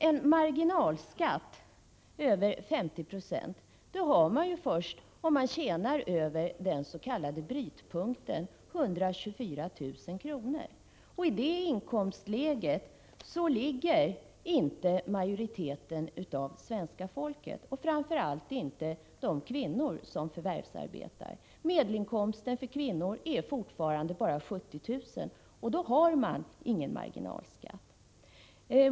En marginalskatt över 50 90 har man först om man tjänar mer än 124 000 kr., den s.k. brytpunkten. I det inkomstläget ligger inte majoriteten av svenska folket, och framför allt inte de kvinnor som förvärvsarbetar. Medelinkomsten för kvinnor är fortfarande bara 70 000 kr. Med en sådan inkomst har man ingen marginalskatt.